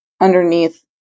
underneath